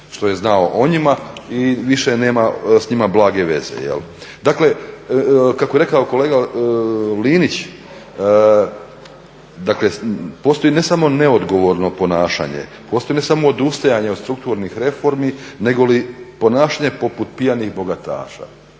što je znao o njima i više nema s njima blage veze. Dakle, kako je rekao kolega Linić, dakle postoji ne samo neodgovorno ponašanje, postoji ne samo odustajanje od strukturnih reformi negoli ponašanje poput pijanih bogataša,